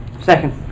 Second